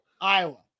Iowa